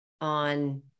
on